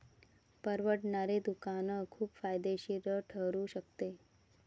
परवडणारे दुकान खूप फायदेशीर ठरू शकते